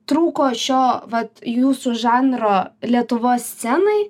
trūko šio vat jūsų žanro lietuvos scenai